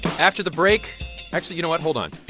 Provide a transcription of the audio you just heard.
after the break actually, you know what? hold on.